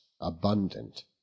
abundant